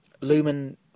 Lumen